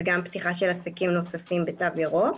וגם פתיחה של עסקים נוספים בתו ירוק.